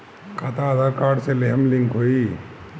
खाता आधार कार्ड से लेहम लिंक होई?